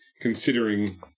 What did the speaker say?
considering